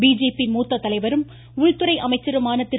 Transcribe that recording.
BJP மூத்த தலைவரும் உள்துறை அமைச்சருமான திரு